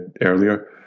earlier